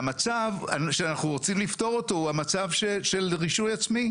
והמצב שאנחנו רוצים לפתור ואתו הוא המצב של רישוי עצמי.